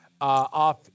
off